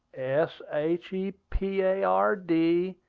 s h e p a r d,